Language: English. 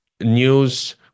news